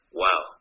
wow